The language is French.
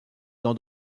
dans